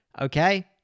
Okay